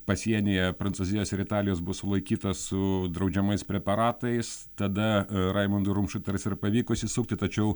pasienyje prancūzijos ir italijos buvo sulaikyta su draudžiamais preparatais tada raimundui rumšui tarsi ir pavyko išsisukti tačiau